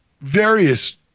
various